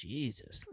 Jesus